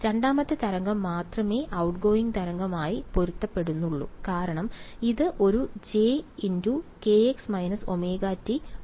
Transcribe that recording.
രണ്ടാമത്തെ തരംഗം മാത്രമേ ഔട്ട്ഗോയിംഗ് തരംഗവുമായി പൊരുത്തപ്പെടുന്നുള്ളൂ കാരണം ഇത് ഒരു jkx − ωt ആണ് ഇത് മറ്റേ കൈയാണ്